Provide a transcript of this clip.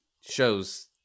shows